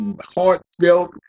heartfelt